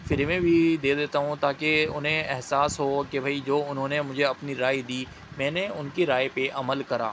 free میں بھی دے دیتا ہوں تا کہ انہیں احساس ہو کہ بھائی جو انہوں نے مجھے اپنی رائے دی میں نے ان کی رائے پہ عمل کرا